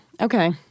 Okay